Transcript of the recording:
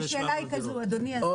השאלה היא זו, אדוני השר.